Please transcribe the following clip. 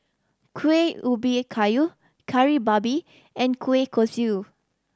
Kuih Ubi Kayu Kari Babi and kueh kosui